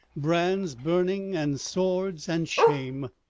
brands burning and swords and shame.